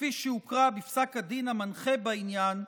כפי שהוקרא בפסק הדין המנחה בעניין,